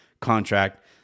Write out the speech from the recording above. contract